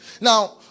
Now